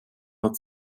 hat